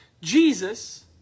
Jesus